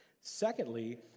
Secondly